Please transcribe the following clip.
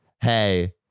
Hey